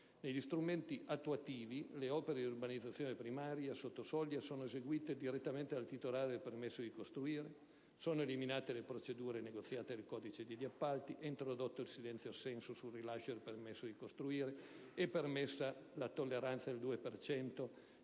negli strumenti attuativi le opere di urbanizzazione primaria sotto soglia sono eseguite direttamente dal titolare del permesso di costruire; sono eliminate le procedure negoziate del codice degli appalti; è introdotto il silenzio assenso per il rilascio del permesso di costruire; è permessa la tolleranza del 2